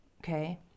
okay